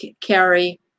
carry